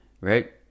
right